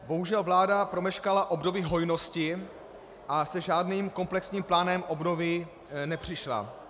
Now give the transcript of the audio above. Bohužel vláda promeškala období hojnosti a se žádným komplexním plánem obnovy nepřišla.